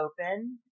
open